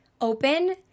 open